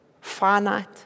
Finite